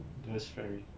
those very